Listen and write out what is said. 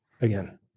again